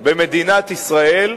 במדינת ישראל,